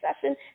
session